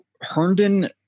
Herndon